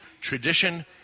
tradition